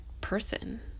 person